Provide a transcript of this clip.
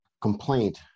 complaint